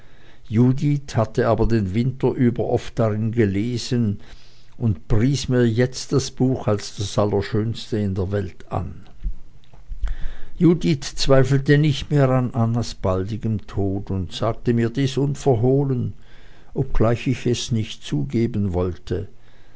judith hatte aber den winter über oft darin gelesen und pries mir jetzt das buch als das allerschönste in der welt an judith zweifelte nicht mehr an annas baldigem tod und sagte mir dies unverhohlen obgleich ich es nicht zugeben wollte